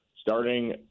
starting